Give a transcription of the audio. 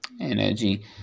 energy